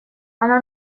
она